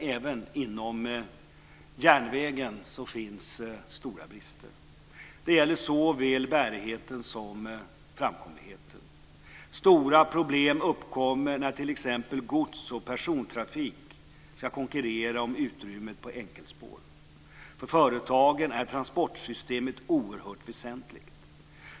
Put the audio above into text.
Även inom järnvägen finns det stora brister. Det gäller såväl bärigheten som framkomligheten. Stora problem uppkommer när t.ex. gods och persontrafik ska konkurrera om utrymmet på enkelspår. För företagen är transportsystemet oerhört väsentligt.